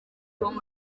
tom